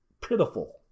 pitiful